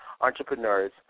entrepreneurs